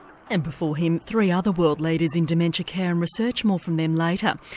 and before him three other world leaders in dementia care and research more from them later.